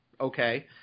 Okay